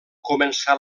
començar